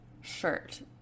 shirt